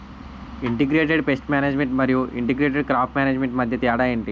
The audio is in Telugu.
ఇంటిగ్రేటెడ్ పేస్ట్ మేనేజ్మెంట్ మరియు ఇంటిగ్రేటెడ్ క్రాప్ మేనేజ్మెంట్ మధ్య తేడా ఏంటి